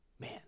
Man